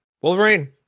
wolverine